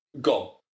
gone